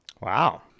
Wow